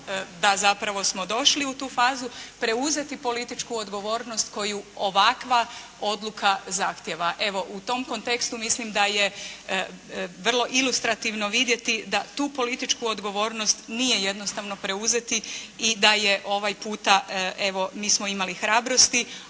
da zapravo smo došli u tu fazu preuzeti političku odgovornost koju ovakva odluka zahtijeva. Evo, u tom kontekstu mislim da je vrlo ilustrativno vidjeti da tu političku odgovornost nije jednostavno preuzeti i da je ovaj puta evo mi smo imali hrabrosti